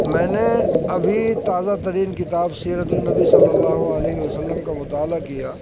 میں نے ابھی تازہ ترین کتاب سیرت النبی صلی اللہ علیہ وسلم کا مطالعہ کیا